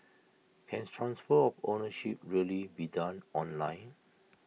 cans transfer of ownership really be done online